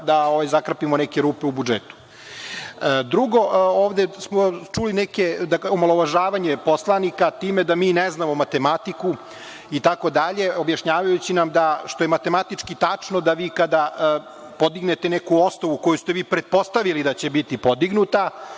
da zakrpimo neke rupe u budžetu. Drugo, ovde smo čuli neka omalovažavanja poslanika time da mi ne znamo matematiku itd, objašnjavajući nam da, što je matematički tačno, da vi kada podignete neku ostavu koju ste pretpostavili da će biti podignuta,